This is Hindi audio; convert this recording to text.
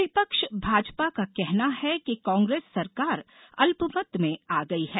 विपक्ष भाजपा का कहना है कि कांग्रेस सरकार अल्पमत में आ गई है